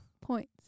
points